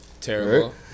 terrible